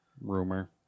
rumor